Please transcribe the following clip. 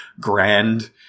grand